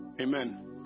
Amen